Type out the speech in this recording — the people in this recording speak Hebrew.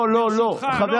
אני, ברשותך, לא לא לא.